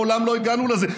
מעולם לא הגענו לזה,